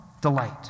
delight